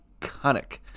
iconic